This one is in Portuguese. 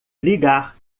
ligar